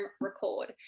record